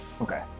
Okay